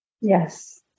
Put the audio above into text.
Yes